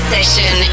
Session